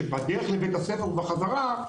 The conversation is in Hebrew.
שבדרך לבית-הספר ובחזרה,